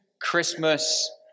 Christmas